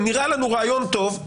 נראה לנו רעיון טוב,